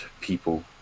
people